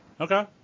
Okay